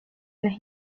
las